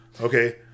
Okay